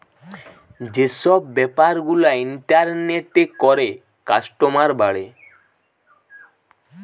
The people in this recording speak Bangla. যে সব বেপার গুলা ইন্টারনেটে করে কাস্টমার বাড়ে